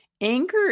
anger